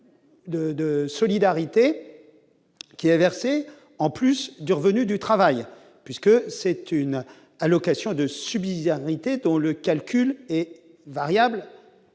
de solidarité qui a versé en plus du revenu du travail, puisque c'est une allocation de subi annuités dont le calcul est variable